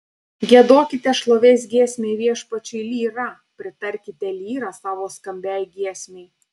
giedokite šlovės giesmę viešpačiui lyra pritarkite lyra savo skambiai giesmei